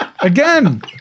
Again